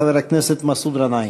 חבר הכנסת מסעוד גנאים.